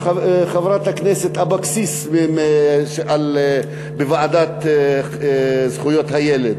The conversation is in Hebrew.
לחברת הכנסת אבקסיס, לוועדת זכויות הילד.